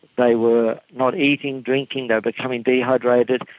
they were not eating, drinking, they were becoming dehydrated,